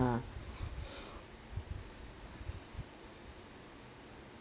ah